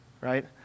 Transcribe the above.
right